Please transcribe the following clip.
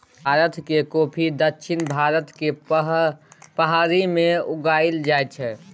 भारत मे कॉफी दक्षिण भारतक पहाड़ी मे उगाएल जाइ छै